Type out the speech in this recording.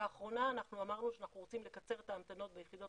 לאחרונה אנחנו אמרנו שאנחנו רוצים לקצר את ההמתנות ביחידות